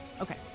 Okay